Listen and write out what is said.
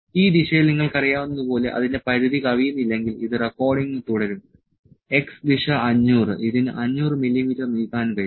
ഈ ദിശയിൽ നിങ്ങൾക്കറിയാവുന്നതുപോലെ അതിന്റെ പരിധി കവിയുന്നില്ലെങ്കിൽ ഇത് റെക്കോർഡിംഗ് തുടരും x ദിശ 500 ഇതിന് 500 മില്ലീമീറ്റർ നീക്കാൻ കഴിയും